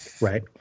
right